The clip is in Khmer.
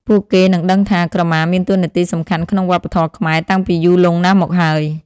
ពួកគេនឹងដឹងថា ក្រមាមានតួនាទីសំខាន់ក្នុងវប្បធម៌ខ្មែរតាំងពីយូរលង់ណាស់មកហើយ។